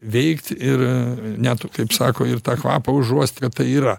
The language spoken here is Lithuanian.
veikt ir net kaip sako ir tą kvapą užuost kad tai yra